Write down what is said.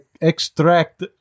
Extract